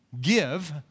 give